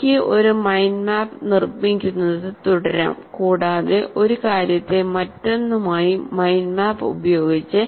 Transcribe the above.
എനിക്ക് ഒരു mind map നിർമ്മിക്കുന്നത് തുടരാം കൂടാതെ ഒരു കാര്യത്തെ മറ്റൊന്നുമായി മൈൻഡ് മാപ്പ് ഉപയോഗിച്ച്